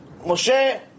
Moshe